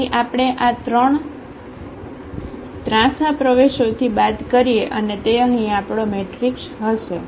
તેથી આપણે આ 3 ત્રાંસા પ્રવેશોથી બાદ કરીએ અને તે અહીં આપણો મેટ્રિક્સ હશે